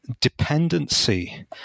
dependency